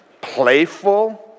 playful